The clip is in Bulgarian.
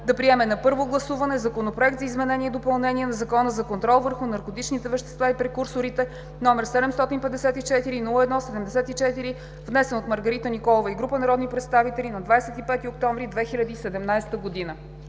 да приеме на първо гласуване Законопроект за изменение и допълнение на Закона за контрол върху наркотичните вещества и прекурсорите, № 754-01-74, внесен от Маргарита Николова и група народни представители на 25 октомври 2017 г.“